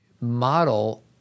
model